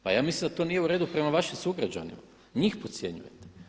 Pa ja mislim da to nije u redu prema vašim sugrađanima, njih podcjenjujete.